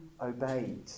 obeyed